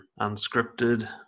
unscripted